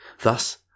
Thus